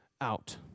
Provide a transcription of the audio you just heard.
out